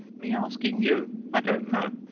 me asking you? i don't know.